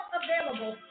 available